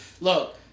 Look